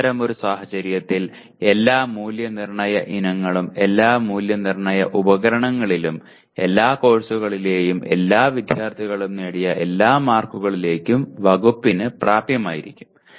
അത്തരമൊരു സാഹചര്യത്തിൽ എല്ലാ മൂല്യനിർണ്ണയ ഇനങ്ങളും എല്ലാ മൂല്യനിർണ്ണയ ഉപകരണങ്ങളിലും എല്ലാ കോഴ്സുകളിലെയും എല്ലാ വിദ്യാർത്ഥികളും നേടിയ എല്ലാ മാർക്കുകളിലേക്കും വകുപ്പിന് പ്രാപ്യമായിരിക്കും